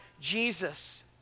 Jesus